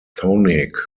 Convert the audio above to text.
tonic